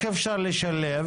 איך אפשר לשלב?